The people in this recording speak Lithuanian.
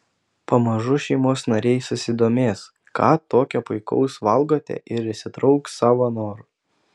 pamažu šeimos nariai susidomės ką tokio puikaus valgote ir įsitrauks savo noru